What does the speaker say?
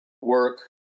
work